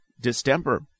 distemper